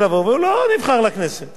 הוא היה רוצה ללכת להדריך בבית-ספר,